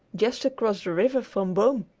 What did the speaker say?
just across the river from boom,